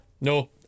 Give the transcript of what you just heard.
no